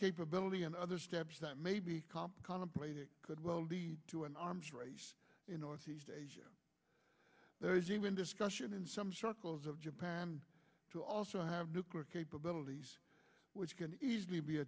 capability and other steps that may be comp contemplated could well lead to an arms race in northeast asia there is even discussion in some circles of japan to also have nuclear capabilities which can easily be